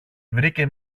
βρήκε